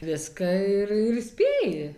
viską ir ir spėji